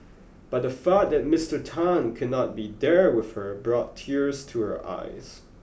but the thought that Mister Tan could not be there with her brought tears to her eyes